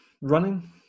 Running